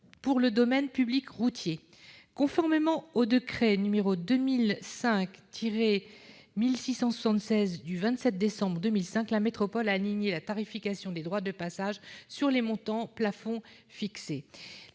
pour le domaine public routier. Conformément au décret n° 2005-1676 du 27 décembre 2005, la métropole a aligné la tarification des droits de passage sur les montants plafonds fixés.